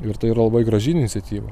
ir tai yra labai graži iniciatyva